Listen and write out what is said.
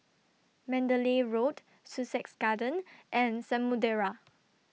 Mandalay Road Sussex Garden and Samudera